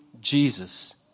Jesus